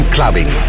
Clubbing